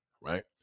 right